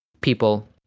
people